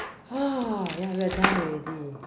!woah! ya we are done already